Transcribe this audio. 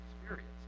experience